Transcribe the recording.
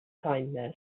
kindness